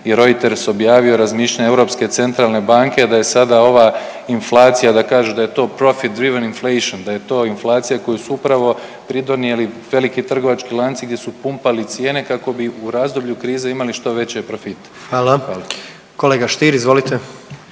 i Reuter objavio razmišljanje ECB-a da je sada ova inflacija da kažu da je to…/Govornik se ne razumije/…da je to inflacija koju su upravo pridonijeli veliki trgovački lanci gdje su pumpali cijene kako bi u razdoblju krize imali što veće profite. …/Upadica predsjednik: